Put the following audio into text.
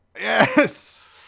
Yes